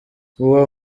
uwo